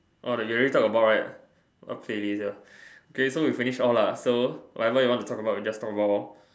or you talk about right okay later okay so we finish off lah so whatever you want to talk about just talk about lor